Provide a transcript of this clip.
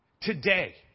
today